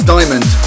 Diamond